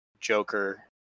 Joker